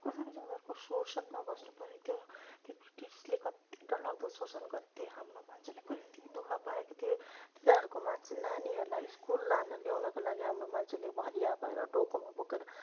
कसरी चाहिँ उनीहरूको शोषणमा बस्नु परेको थियो त्यो ब्रिटिसले कति डर लाग्दो शोषण गरेको थियो हाम्रो मान्छेले कति दुःख पाएको थियो तिनीहरूको मान्छे नानीहरूलाई स्कुल लानु ल्याउनुका लागि हाम्रो मान्छेले भरिया भएर डोकोमा बोकेर